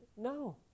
No